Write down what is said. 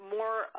more